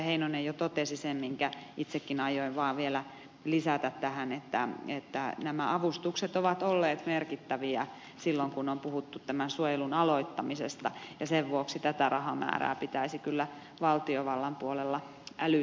heinonen jo totesi sen minkä itsekin aioin vaan vielä lisätä tähän että nämä avustukset ovat olleet merkittäviä silloin kun on puhuttu tämän suojelun aloittamisesta ja sen vuoksi tätä rahamäärää pitäisi kyllä valtiovallan puolella älytä kasvattaa